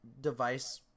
device